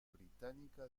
británica